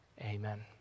amen